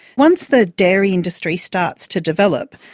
once the dairy industry starts to develop,